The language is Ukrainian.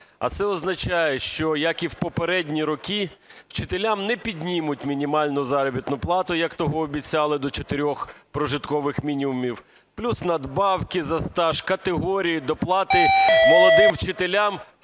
А це означає, що, як і в попередні роки, вчителям не піднімуть мінімальну заробітну плату, як того обіцяли, до чотирьох прожиткових мінімумів, плюс надбавки за стаж, категорії, доплати молодим вчителям,